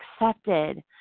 accepted